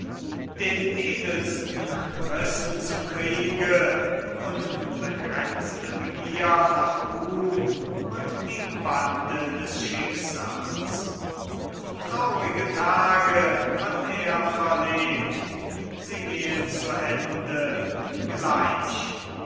den edelsten rissen zum kriege unbegrenzte begier nach ruhm und die bande des schicksals traurige tage hat er verlebt sie gehen zu ende gleich